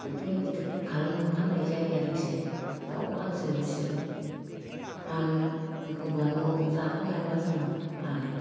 बिदिनो गिदिर खालामनानै फाननाय जायो आरोखि दाउ हांसो फिसियो फानो एखम्बा न'आव जाख'नो हायाबा जों फानो